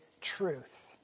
truth